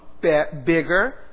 bigger